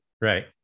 right